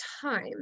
time